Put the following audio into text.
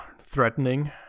threatening